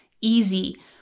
easy